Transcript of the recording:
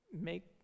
make